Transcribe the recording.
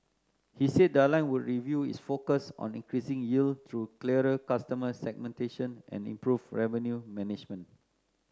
he said the airline would renew its focus on increasing yield through clearer customer segmentation and improved revenue management